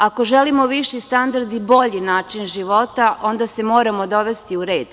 Ako želimo viši standard i bolji način života, onda se moramo dovesti u red.